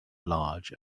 large